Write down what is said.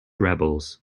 rebels